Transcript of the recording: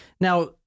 Now